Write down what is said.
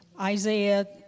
Isaiah